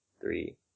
three